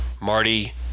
Marty